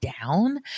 down